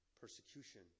persecution